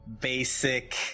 basic